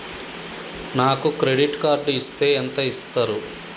నాకు credit card ఇస్తే ఎంత ఇస్తరు?